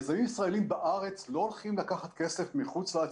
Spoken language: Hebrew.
יזמים ישראלים בארץ לא הולכים לקחת כסף מחוץ לארץ.